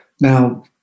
Now